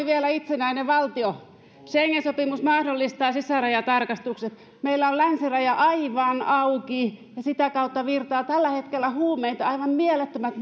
vielä itsenäinen valtio schengen sopimus mahdollistaa sisärajatarkastukset meillä on länsiraja aivan auki ja sitä kautta virtaa tällä hetkellä huumeita aivan mielettömät